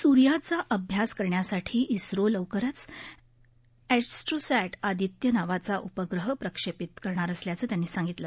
सुर्याचा अभ्यास करण्यासाठी इस्रो लवकरच एस्ट्रोसॅ आदित्य नावाचा उपग्रह प्रक्षेपित करणार असल्याचं त्यांनी सांगितलं